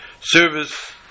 service